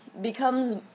becomes